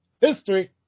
history